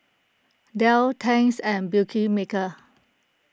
Dell Tangs and Beautymaker